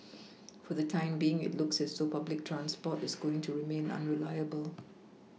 for the time being it looks as though public transport is going to remain unreliable